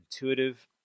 intuitive